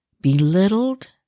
belittled